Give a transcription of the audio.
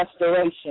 restoration